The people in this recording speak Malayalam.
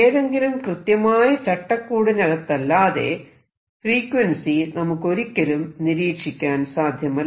ഏതെങ്കിലും കൃത്യമായ ചട്ടക്കൂടിനകത്തല്ലാത്ത ഫ്രീക്വൻസി നമുക്ക് ഒരിക്കലും നിരീക്ഷിക്കാൻ സാധ്യമല്ല